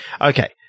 Okay